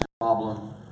problem